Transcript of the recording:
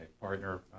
partner